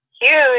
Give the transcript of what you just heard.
huge